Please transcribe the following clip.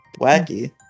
Wacky